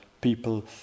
people